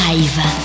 Live